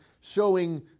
showing